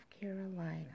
Carolina